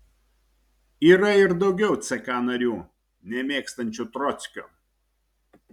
yra ir daugiau ck narių nemėgstančių trockio